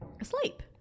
Asleep